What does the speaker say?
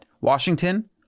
Washington